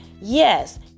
yes